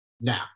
Now